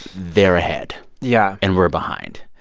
they're ahead yeah and we're behind.